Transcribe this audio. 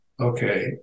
Okay